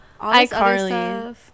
iCarly